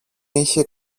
είχε